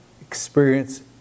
experience